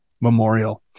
Memorial